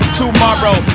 tomorrow